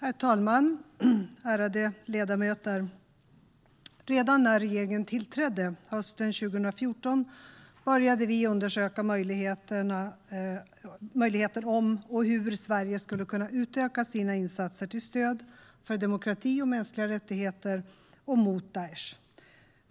Herr talman! Ärade ledamöter! Redan när regeringen tillträdde, hösten 2014, började vi undersöka möjligheten om och hur Sverige skulle kunna utöka sina insatser till stöd för demokrati och mänskliga rättigheter och mot Daesh.